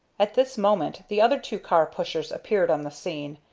at this moment the other two car-pushers appeared on the scene,